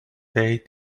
they